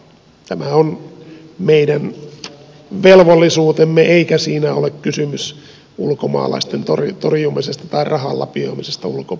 tämä on meidän velvollisuutemme eikä siinä ole kysymys ulkomaalaisten torjumisesta tai rahan lapioimisesta ulkomaille